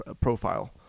profile